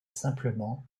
simplement